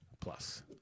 Plus